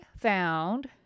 found